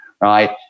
right